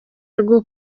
rwo